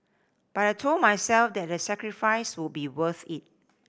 but I told myself that the sacrifice would be worth it